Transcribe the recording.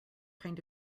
kind